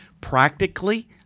practically